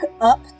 up